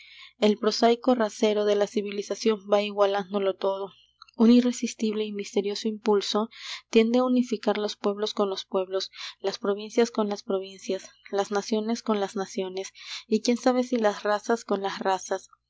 el prosaico rasero de la civilización va igualándolo todo un irresistible y misterioso impulso tiende á unificar los pueblos con los pueblos las provincias con las provincias las naciones con las naciones y quién sabe si las razas con las razas